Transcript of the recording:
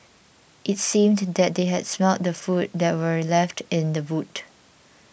it seemed that they had smelt the food that were left in the boot